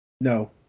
No